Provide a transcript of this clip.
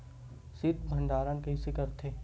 शीत भंडारण कइसे करथे?